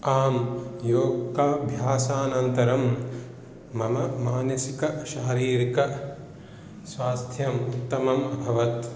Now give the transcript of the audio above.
आम् योगाभ्यासानन्तरं मम मानसिकशारीरिकस्वास्थ्यम् उत्तमम् अभवत्